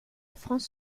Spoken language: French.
france